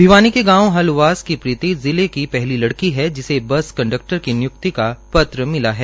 भिवानी के गावं हाल्वास की प्रीति जिले की पहली लड़की है जिसे बस कंडक्टर की निय्क्ति का पत्र दिया मिला है